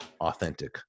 authentic